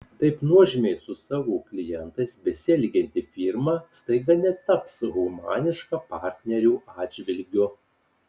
taip nuožmiai su savo klientais besielgianti firma staiga netaps humaniška partnerių atžvilgiu